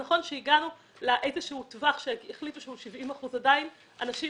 נכון שהגענו לאיזשהו טווח שהחליטו שהוא 70 אחוזים אבל עדיין הנשים